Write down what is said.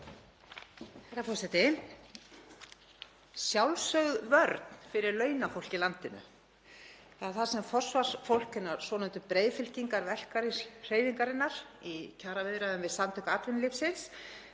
Herra forseti. Sjálfsögð vörn fyrir launafólk í landinu. Það er það sem forsvarsfólk hinnar svonefndu breiðfylkingar verkalýðshreyfingarinnar í kjaraviðræðum við Samtök atvinnulífsins